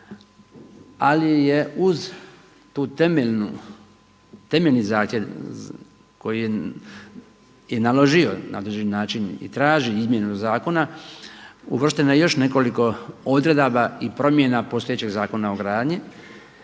ali je uz tu temeljni zahtjev koji je naložio na određeni način i traži izmjenu zakona uvršteno još nekoliko odredaba i promjena postojećeg Zakona o gradnji